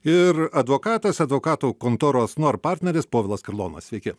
ir advokatas advokatų kontoros nor partneris povilas karlonas sveiki